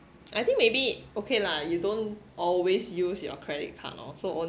I think maybe okay lah you don't always use your credit card oh so only